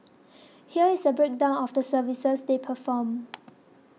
here is a breakdown of the services they perform